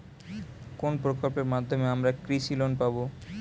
কোন প্রকল্পের মাধ্যমে আমরা কৃষি লোন পাবো?